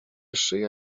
szyja